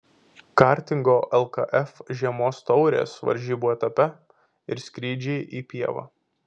kartingo lkf žiemos taurės varžybų etape ir skrydžiai į pievą